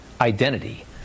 identity